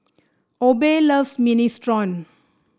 Obe loves Minestrone